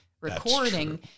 recording